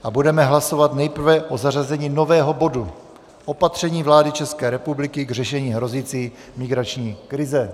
A budeme hlasovat nejprve o zařazení nového bodu Opatření vlády České republiky k řešení hrozící migrační krize.